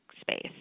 space